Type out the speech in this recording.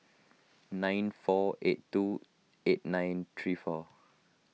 nine four eight two eight nine three four